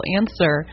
answer